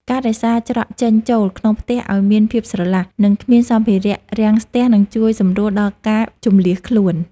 ការរក្សាច្រកចេញចូលក្នុងផ្ទះឱ្យមានភាពស្រឡះ និងគ្មានសម្ភារៈរាំងស្ទះនឹងជួយសម្រួលដល់ការជម្លៀសខ្លួន។